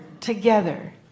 together